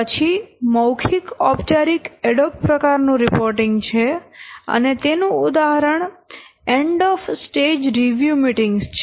પછી મૌખિક ઔપચારિક એડહોક પ્રકાર નું રિપોર્ટિંગ છે અને તેનું ઉદાહરણ end of stage review meetings છે